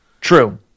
True